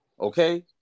Okay